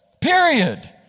period